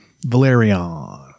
Valerion